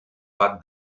bat